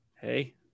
hey